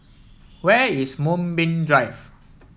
where is Moonbeam Drive